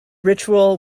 ritual